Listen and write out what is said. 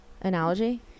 Analogy